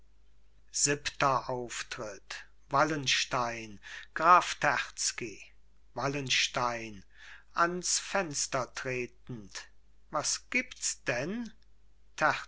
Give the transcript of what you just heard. siebenter auftritt wallenstein graf terzky wallenstein ans fenster tretend was gibts denn